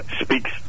speaks